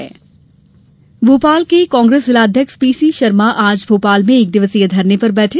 धरना भोपाल के कांग्रेस जिलाध्यक्ष पीसी शर्मा आज भोपाल में एक दिवसीय धरने पर बैठे